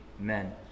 Amen